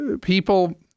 people